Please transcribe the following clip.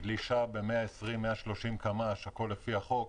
שמגלישה ב-120 קמ"ש, הכול לפי החוק,